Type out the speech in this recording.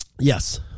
yes